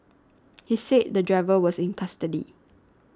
he said the driver was in custody